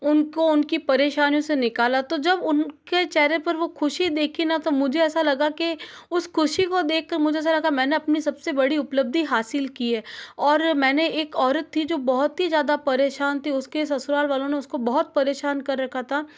उनको उनकी परेशानियों से निकला तो जब उनके चेहरे पर वो ख़ुशी देखी ना तो मुझे ऐसा लगा कि उस ख़ुशी को देख कर मुझे ऐसा लगा मैंने अपनी सब से बड़ी उपलब्धि हासिल की है और मैंने एक औरत थी जो बहुत ही ज़्यादा परेशान थी उसके ससुराल वालों ने उसको बहुत परेशान कर रखा था